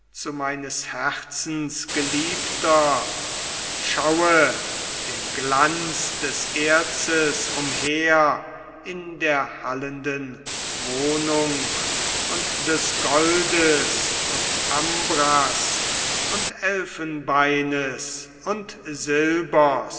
meines herzens geliebter schaue den glanz des erzes umher in der hallenden wohnung und des goldes und ambras und elfenbeines und